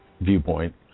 viewpoint